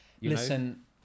Listen